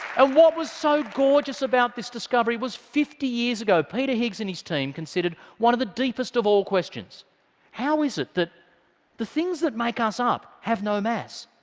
and what was so gorgeous about this discovery was fifty years ago peter higgs and his team considered one of the deepest of all questions how is it that the things that make us up have no mass?